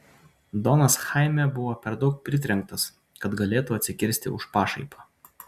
donas chaime buvo per daug pritrenktas kad galėtų atsikirsti už pašaipą